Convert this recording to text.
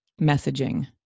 messaging